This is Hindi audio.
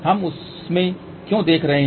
हम उसमें क्यों देख रहे हैं